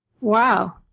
Wow